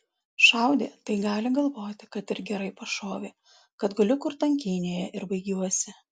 šaudė tai gali galvoti kad ir gerai pašovė kad guliu kur tankynėje ir baigiuosi